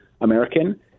American